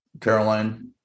Caroline